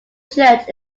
church